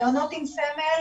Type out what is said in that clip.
מעונות עם סמל,